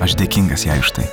aš dėkingas jai už tai